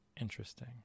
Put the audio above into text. interesting